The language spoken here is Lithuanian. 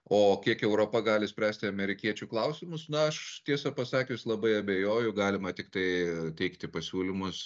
o kiek europa gali spręsti amerikiečių klausimus na aš tiesą pasakius labai abejoju galima tiktai teikti pasiūlymus